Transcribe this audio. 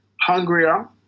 hungrier